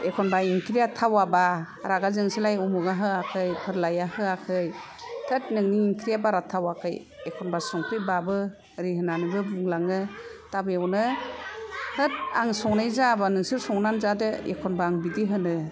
एखनबा ओंख्रिया थावाबा रागा जोंसैलाय उमुगा होयाखै फोरलाया होयाखै थोद नोंनि ओंख्रिया बारा थावाखै एखमबा संख्रि बाबो ओरै होननानैबो बुंलाङो दा बेवनो होद आं संनाया जायाबा नोंसोर संनानै जादो एखनबा आं बिदि होनो